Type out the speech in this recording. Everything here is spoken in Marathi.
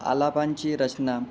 आलापांची रचना